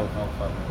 oh fuck